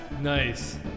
Nice